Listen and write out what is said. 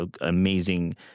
amazing